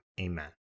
Amen